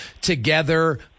together